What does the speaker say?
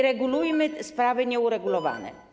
Regulujmy sprawy nieuregulowane.